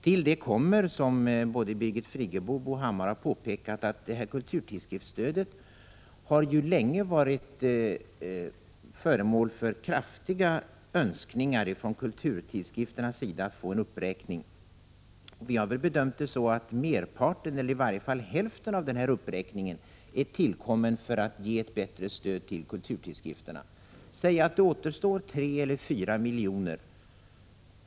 Till det kommer, som både Birgit Friggebo och Bo Hammar har påpekat, att kulturtidskrifterna länge har krävt en uppräkning av kulturtidskriftsstödet. Vi har bedömt det så, att merparten, eller i varje fall hälften av den uppräkningen, är tillkommen för att ge ett bättre stöd till kulturtidskrifterna. Säg att det återstår 3 eller 4 miljoner.